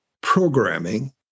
Programming